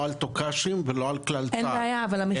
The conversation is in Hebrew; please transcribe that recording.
לא על תוכ"שים (תוך כדי שירות) ולא על כלל צה"ל.